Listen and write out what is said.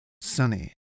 sunny